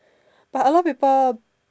but a lot of people